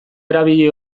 erabili